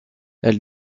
elle